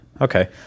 Okay